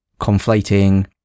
conflating